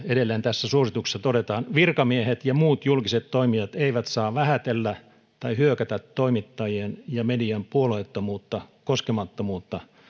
edelleen tässä suosituksessa todetaan virkamiehet ja muut julkiset toimijat eivät saa vähätellä tai hyökätä toimittajien ja median puolueettomuutta koskemattomuutta